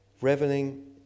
reveling